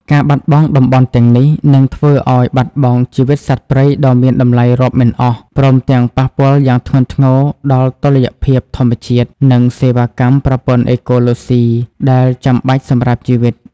ការបាត់បង់តំបន់ទាំងនេះ នឹងធ្វើឲ្យបាត់បង់ជីវិតសត្វព្រៃដ៏មានតម្លៃរាប់មិនអស់ ព្រមទាំងប៉ះពាល់យ៉ាងធ្ងន់ធ្ងរដល់តុល្យភាពធម្មជាតិ និងសេវាកម្មប្រព័ន្ធអេកូឡូស៊ីដែលចាំបាច់សម្រាប់ជីវិត។